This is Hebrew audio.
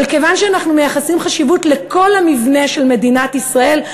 אבל כיוון שאנחנו מייחסים חשיבות לכל המבנה של מדינת ישראל,